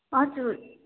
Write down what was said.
हजुर